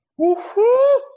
Woohoo